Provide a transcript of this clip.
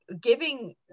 giving